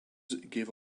gave